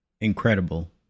incredible